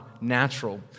natural